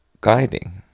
guiding